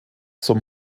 zum